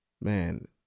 man